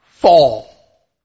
fall